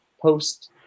post